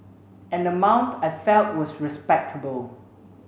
an amount I felt was respectable